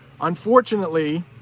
Unfortunately